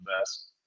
best